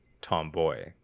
tomboy